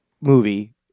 movie